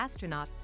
astronauts